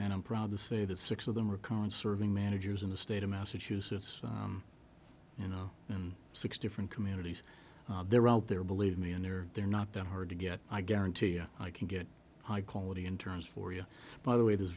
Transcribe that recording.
and i'm proud to say that six of them are current serving managers in the state of massachusetts you know and six different communities they're out there believe me and they're they're not that hard to get i guarantee you i can get high quality in terms for you by the way